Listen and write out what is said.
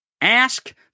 Ask